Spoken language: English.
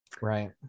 right